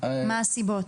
מה הסיבות?